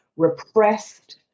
repressed